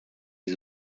les